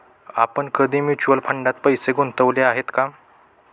आपण कधी म्युच्युअल फंडात पैसे गुंतवले आहेत का?